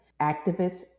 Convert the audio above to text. Activists